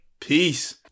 peace